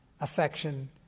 affection